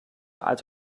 als